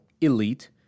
elite